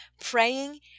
praying